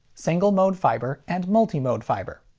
single-mode fiber, and multi-mode fiber.